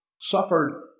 suffered